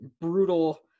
brutal